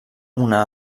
una